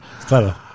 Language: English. Clever